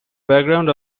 background